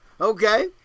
okay